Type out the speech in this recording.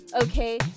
okay